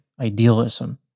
idealism